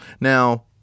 Now